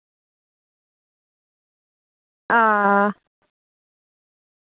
हां